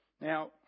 Now